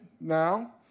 now